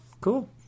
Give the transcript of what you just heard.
cool